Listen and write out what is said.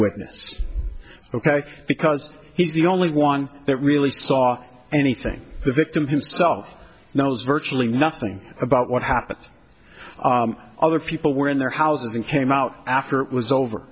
witness ok because he's the only one that really saw anything the victim himself knows virtually nothing about what happened other people were in their houses and came out after it was over